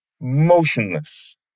motionless